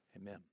Amen